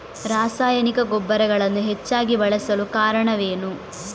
ರಾಸಾಯನಿಕ ಗೊಬ್ಬರಗಳನ್ನು ಹೆಚ್ಚಾಗಿ ಬಳಸಲು ಕಾರಣವೇನು?